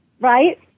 right